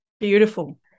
beautiful